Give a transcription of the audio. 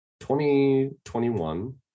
2021